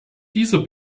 dieser